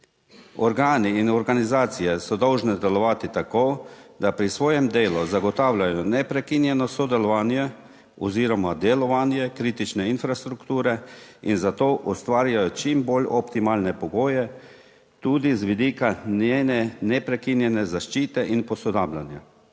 Organi in organizacije so dolžne delovati tako, da pri svojem delu zagotavljajo neprekinjeno sodelovanje oziroma delovanje kritične infrastrukture in zato ustvarjajo čim bolj optimalne pogoje, tudi z vidika njene neprekinjene zaščite in posodabljanja.